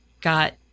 got